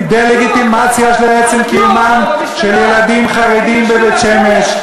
דה-לגיטימציה לעצם קיומם של ילדים חרדים בבית-שמש,